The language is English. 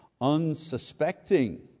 unsuspecting